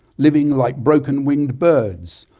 living like broken winged birds,